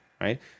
right